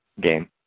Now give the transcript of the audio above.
game